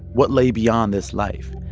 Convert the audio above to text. what lay beyond this life.